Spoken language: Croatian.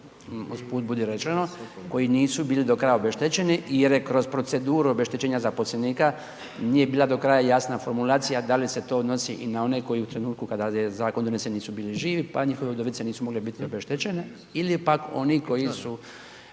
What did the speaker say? uz put budi rečeno, koji nisu bili do kraja obeštećeni jer je kroz proceduru obeštećenja zaposlenika nije bila do kraja jasna formulacija da li se to odnosi i na one koji u trenutku kada je zakon donesen nisu bili živi pa njihove udovice nisu mogle biti obeštećene ili pak oni koji su